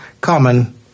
common